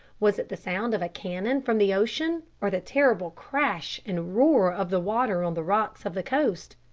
was it the sound of a cannon from the ocean or the terrible crash and roar of the water on the rocks of the coast?